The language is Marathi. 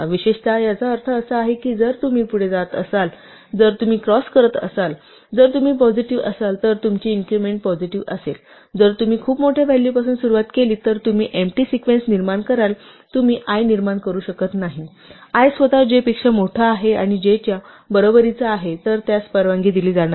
विशेषतः याचा अर्थ असा आहे की जर तुम्ही पुढे जात असाल जर तुम्ही क्रॉस करत असाल जर तुम्ही पॉझिटिव्ह असाल जर तुमची इन्क्रिमेंट पॉझिटिव्ह असेल जर तुम्ही खूप मोठ्या व्हॅलूपासून सुरुवात केलीत तर तुम्ही एम्प्टी सिक्वेन्स निर्माण कराल कारण तुम्ही i निर्माण करू शकत नाही i स्वतः j पेक्षा मोठा आहे किंवा j च्या बरोबरीचा आहे तर त्यास परवानगी दिली जाणार नाही